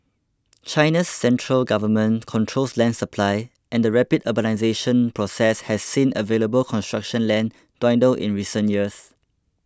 China's central government controls land supply and the rapid urbanisation process has seen available construction land dwindle in recent years